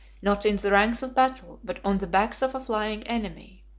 not in the ranks of battle, but on the backs of a flying enemy.